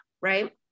right